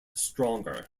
stronger